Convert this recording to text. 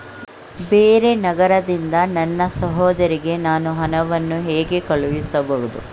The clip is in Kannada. ಬೇರೆ ನಗರದಿಂದ ನನ್ನ ಸಹೋದರಿಗೆ ನಾನು ಹಣವನ್ನು ಹೇಗೆ ಕಳುಹಿಸಬಹುದು?